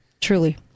truly